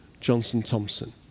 Johnson-Thompson